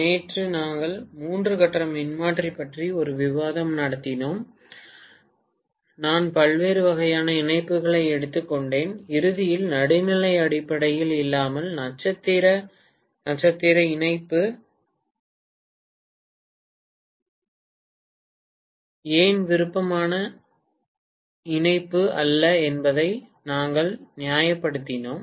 நேற்று நாங்கள் மூன்று கட்ட மின்மாற்றி பற்றி ஒரு விவாதம் நடத்தினோம் நான் பல்வேறு வகையான இணைப்புகளை எடுத்துக்கொண்டேன் இறுதியில் நடுநிலை அடிப்படையில் இல்லாமல் நட்சத்திர நட்சத்திர இணைப்பு ஏன் விருப்பமான இணைப்பு அல்ல என்பதை நாங்கள் நியாயப்படுத்தினோம்